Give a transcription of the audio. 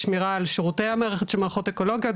שמירה על שרותי המערכת של המערכות האקולוגיות,